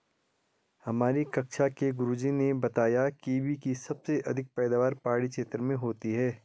हमारी कक्षा के गुरुजी ने बताया कीवी की सबसे अधिक पैदावार पहाड़ी क्षेत्र में होती है